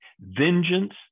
vengeance